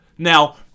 Now